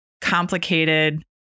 complicated